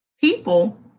People